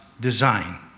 design